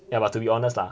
ya but to be honest lah